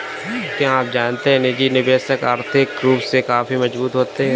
क्या आप जानते है निजी निवेशक आर्थिक रूप से काफी मजबूत होते है?